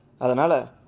Adanala